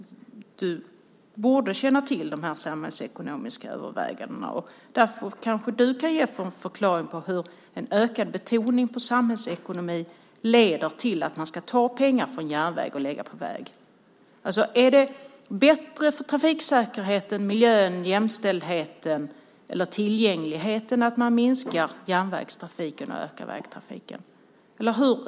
Du borde känna till de här samhällsekonomiska övervägandena. Därför kanske du kan ge en förklaring till hur en ökad betoning på samhällsekonomi leder till att man ska ta pengar från järnväg och lägga på väg. Är det bättre för trafiksäkerheten, miljön, jämställdheten och tillgängligheten att man minskar järnvägstrafiken och ökar vägtrafiken?